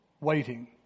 Waiting